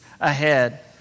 ahead